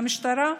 והמשטרה?